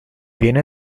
viene